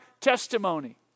testimony